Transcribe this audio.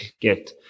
get